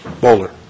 Bowler